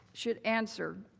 should answer